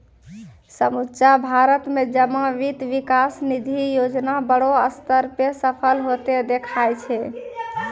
समुच्चा भारत मे जमा वित्त विकास निधि योजना बड़ो स्तर पे सफल होतें देखाय छै